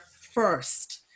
first